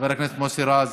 חבר הכנסת מוסי רז,